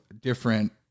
different